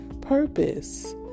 purpose